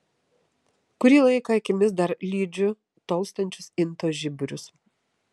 kurį laiką akimis dar lydžiu tolstančius intos žiburius